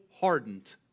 hardened